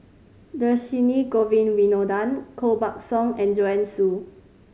Dhershini Govin Winodan Koh Buck Song and Joanne Soo